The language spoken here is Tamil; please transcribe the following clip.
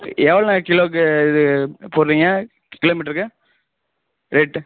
எவ்வளோண்ண கிலோக்கு இது போடுறீங்க கிலோ மீட்ருக்கு ரேட்டு